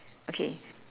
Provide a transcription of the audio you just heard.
okay